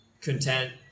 content